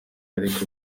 ariko